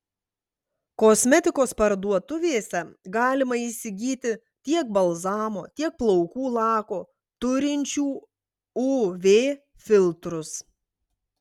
kosmetikos parduotuvėse galima įsigyti tiek balzamo tiek plaukų lako turinčių uv filtrus